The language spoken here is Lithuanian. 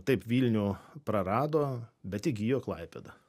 taip vilnių prarado bet įgijo klaipėdą